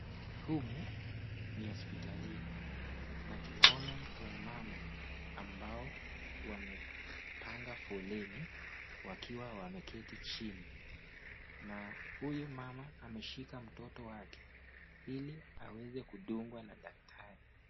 Humu ni hospitalini na tunaona wamama ambao wamepanga foleni wakiwa wameketi chini na huyu mama ameshika mtoto wake ili aweze kudungwa na daktari.